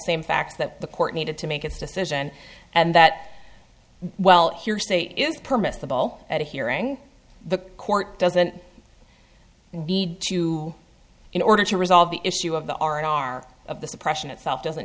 same facts that the court needed to make its decision and that well here state is permissible at a hearing the court doesn't need to in order to resolve the issue of the r and r of the suppression itself doesn't